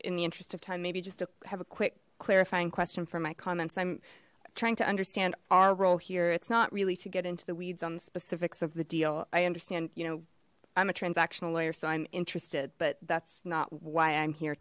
in the interest of time maybe just to have a quick clarifying question for my comments i'm trying to understand our role here it's not really to get into the weeds on the specifics of the deal i understand you know i'm a transactional lawyer so i'm interested but that's not why i'm here